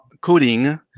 coding